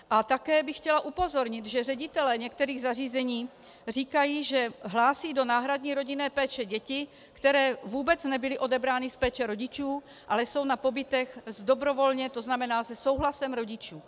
A také bych chtěla upozornit, že ředitelé některých zařízení říkají, že hlásí do náhradní rodinné péče děti, které vůbec nebyly odebrány z péče rodičů, ale jsou na pobytech dobrovolně, to znamená se souhlasem rodičů.